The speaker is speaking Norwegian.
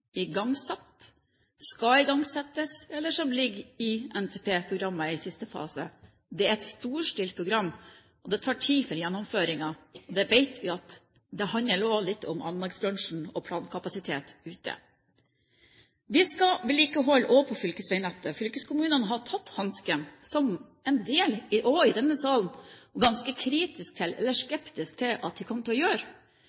igangsatt, som skal igangsettes, eller som ligger i NTP-programmet i siste fase. Det er et storstilt program, og det tar tid for gjennomføringen. Vi vet at det også handler litt om anleggsbransjen og plankapasitet ute. Vi skal også vedlikeholde fylkesveinettet. Fylkeskommunene har tatt hansken, som en del i denne sal var ganske kritiske eller skeptiske til at de kom til å gjøre. Men fylkeskommunene bygger vei som aldri før, og